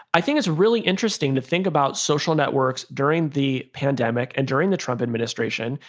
i think it's really interesting to think about social networks during the pandemic and during the trump administration,